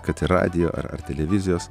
kad ir radijo ar ar televizijos